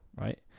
right